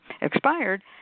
expired